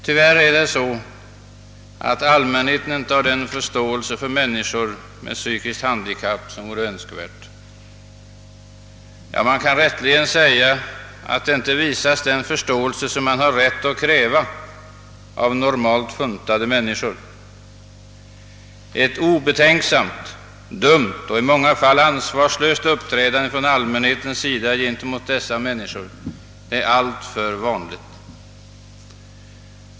Tyvärr har allmänheten inte den förståelse för människor med psykiskt handikapp som vore önskvärd. Ja, man kan rätteligen göra gällande att den inte hyser en sådan förståelse, som man har rätt att kräva av normalt utrustade människor. Ett obetänksamt, dumt och i många fall ansvarslöst uppträdande från allmänhetens sida mot dessa människor är alltför vanligt.